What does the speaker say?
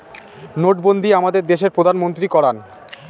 নোটবন্ধী আমাদের দেশের প্রধানমন্ত্রী করান